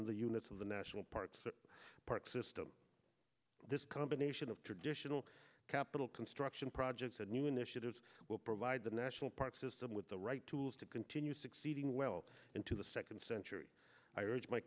of the units of the national parks the park system this combination of traditional capital construction projects and new initiatives will provide the national park system with the right tools to continue succeeding well into the second century i